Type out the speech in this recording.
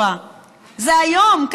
זה לא מטפורה,